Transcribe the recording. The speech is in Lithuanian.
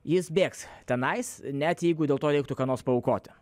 jis bėgs tenais net jeigu dėl to reiktų ką nors paaukoti